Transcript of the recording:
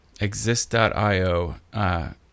Exist.io